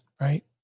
right